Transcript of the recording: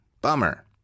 Bummer